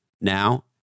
Now